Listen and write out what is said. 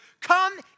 come